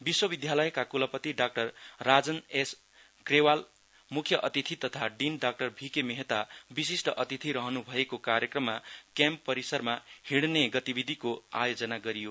विश्वविद्यालयका क्लपति doctor Rajan S Grewal म्ख्य अतिथि तथा डिन डाक्टर भीके मेहता विशिष्ठ अतिथि रहन् भएको कार्यक्रममा क्याम्पस परिसरमा हिङ्ने आयोजना गरियो